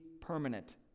permanent